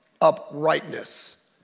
uprightness